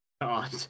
God